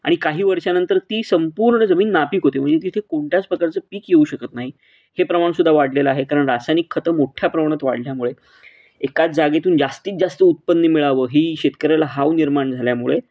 आणि काही वर्षानंतर ती संपूर्ण जमीन नापिक होते म्हणजे तिथे कोणत्याच प्रकारचं पीक येऊ शकत नाही हे प्रमाण सुद्धा वाढलेलं आहे कारण रासायनिक खतं मोठ्या प्रमाणात वाढल्यामुळे एकाच जागेतून जास्तीत जास्त उत्पन्न मिळावं ही शेतकऱ्याला हाव निर्माण झाल्यामुळे